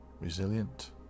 Resilient